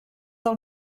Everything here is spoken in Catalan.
del